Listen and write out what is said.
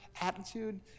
attitude